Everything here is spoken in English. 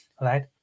right